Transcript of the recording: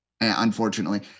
unfortunately